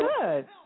good